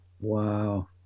Wow